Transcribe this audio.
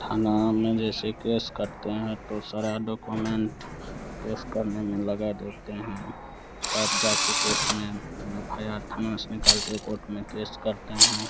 थाने में जैसे केस करते हैं तो सारा डॉकोमेन्ट केस करने में लगा देते हैं तब जाकर कोट में हम एफ आय आर थाना उसमें करके कोट में केस करते हैं